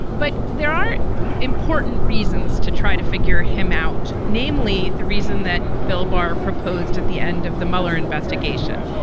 but there are important reasons to try to figure him out. namely, the reason that bill barr proposed at the end of the mueller investigation.